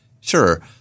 Sure